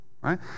Right